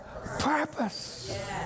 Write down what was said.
purpose